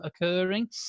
occurring